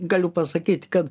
galiu pasakyti kad